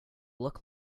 look